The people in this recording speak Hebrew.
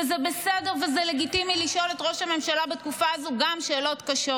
וזה בסדר וזה לגיטימי לשאול את ראש הממשלה בתקופה הזו גם שאלות קשות.